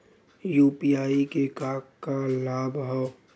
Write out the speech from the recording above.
UPI क का का लाभ हव?